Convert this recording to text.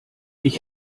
ich